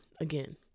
again